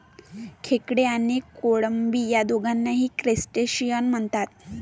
खेकडे आणि कोळंबी या दोघांनाही क्रस्टेशियन म्हणतात